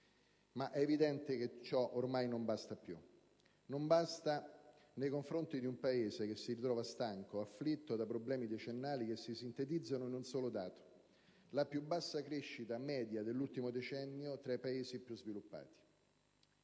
ma è evidente che ciò ormai non basta più. Non basta nei confronti di un Paese che si ritrova stanco, afflitto da problemi decennali che si sintetizzano in un solo dato: la più bassa crescita media dell'ultimo decennio tra i Paesi più sviluppati.